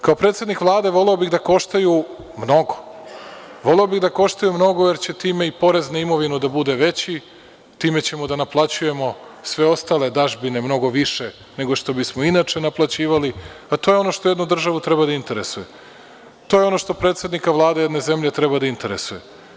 Kao predsednik Vlade voleo bih da koštaju mnogo, voleo bih da koštaju mnogo, jer će time i porez na imovinu da bude veći, time ćemo da naplaćujemo sve ostale dažbine mnogo više nego što bismo inače naplaćivali, a to je ono što jednu državu treba da interesuje, to je ono što predsednika Vlade jedne zemlje treba da interesuje.